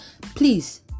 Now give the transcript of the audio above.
please